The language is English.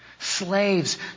Slaves